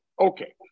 Okay